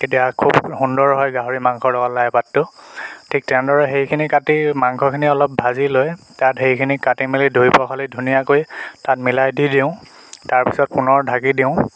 তেতিয়া খুব সুন্দৰ হৈ গাহৰি মাংসৰ লগত লাই পাতটো ঠিক তেনেদৰে সেইখিনি কাটি মাংসখিনি অলপ ভাজি লৈ তাত সেইখিনি কাটি মেলি ধুই পখালি ধুনীয়াকৈ তাত মিলাই দি দিওঁ তাৰপিছত পুনৰ ঢাকি দিওঁ